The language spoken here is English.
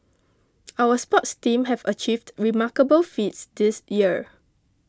our sports team have achieved remarkable feats this year